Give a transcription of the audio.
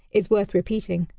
is worth repeating.